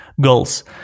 goals